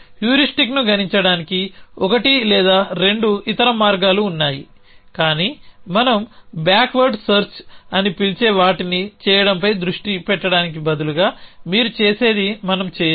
హ్యూరిస్టిక్ను గణించడానికి ఒకటి లేదా రెండు ఇతర మార్గాలు ఉన్నాయి కానీ మనంబ్యాక్ వర్డ్ సెర్చ్ అని పిలిచే వాటిని చేయడంపై దృష్టి పెట్టడానికి బదులుగా మీరు చేసేది మనం చేయము